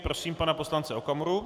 Prosím pana poslance Okamuru.